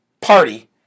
party